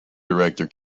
director